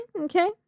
okay